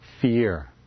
fear